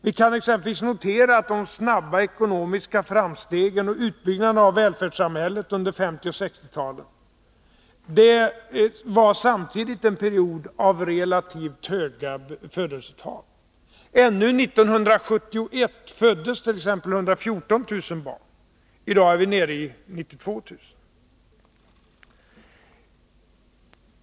Vi kan exempelvis notera att de snabba ekonomiska framstegen och utbyggnaden av välfärdssamhället under 1950 och 1960-talen skedde under en period av relativt höga födelsetal. Ännu 1971 föddes t.ex. 114 000 barn. I dag är vi nere i 92 000.